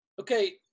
Okay